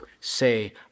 say